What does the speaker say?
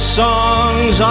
songs